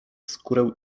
skórę